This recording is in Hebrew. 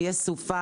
אם יש סופה,